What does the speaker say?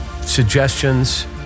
suggestions